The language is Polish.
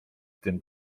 tym